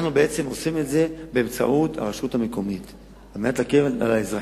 אנחנו עושים את זה באמצעות הרשות המקומית על מנת להקל על האזרחים.